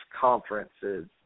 conferences